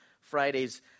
fridays